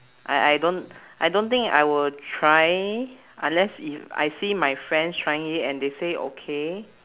I I don't I don't think I will try unless if I see my friends trying it and they say okay